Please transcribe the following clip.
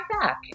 back